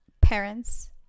parents